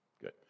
Good